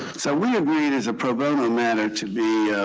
so we agreed as a pro bono matter to be